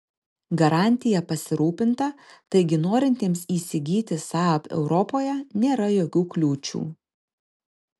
garantija pasirūpinta taigi norintiems įsigyti saab europoje nėra jokių kliūčių